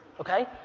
okay?